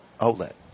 outlet